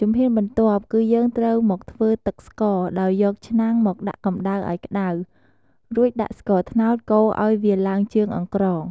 ជំហានបន្ទាប់ គឺយើងត្រូវមកធ្វើទឹកស្ករ ដោយយកឆ្នាំងមកដាក់កម្ដៅឱ្យក្ដៅ រួចដាក់ស្ករត្នោតកូរឱ្យវាឡើងជើងអង្ក្រង។